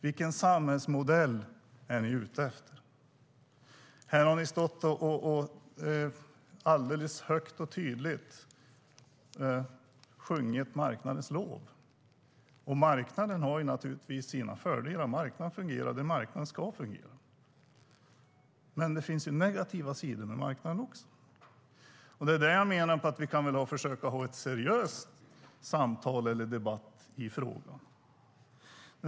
Vilken samhällsmodell är ni ute efter? Här har ni stått och högt och tydligt sjungit marknadens lov. Marknaden har naturligtvis sina fördelar. Marknaden fungerar där marknaden ska fungera. Men det finns också negativa sidor med marknaden, och det är därför jag tycker att vi ska försöka ha ett seriöst samtal, en seriös debatt, i frågan.